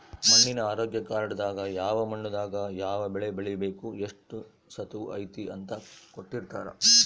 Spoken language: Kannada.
ಮಣ್ಣಿನ ಆರೋಗ್ಯ ಕಾರ್ಡ್ ದಾಗ ಯಾವ ಮಣ್ಣು ದಾಗ ಯಾವ ಬೆಳೆ ಬೆಳಿಬೆಕು ಎಷ್ಟು ಸತುವ್ ಐತಿ ಅಂತ ಕೋಟ್ಟಿರ್ತಾರಾ